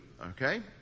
okay